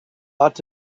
ought